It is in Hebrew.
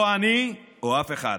או אני או אף אחד.